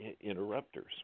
interrupters